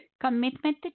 commitment